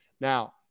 Now